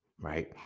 right